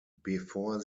bevor